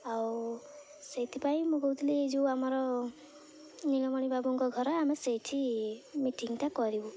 ଆଉ ସେଇଥିପାଇଁ ମୁଁ କହୁଥିଲି ଏଇ ଯେଉଁ ଆମର ନୀଳମଣି ବାବୁଙ୍କ ଘର ଆମେ ସେଇଠି ମିଟିଂଟା କରିବୁ